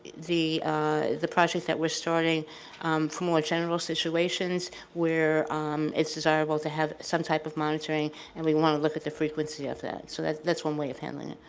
the the project that we're starting for more general situations where it's desirable to have some type of monitoring and we want to look at the frequency frequency of that. so that's that's one way of handling it.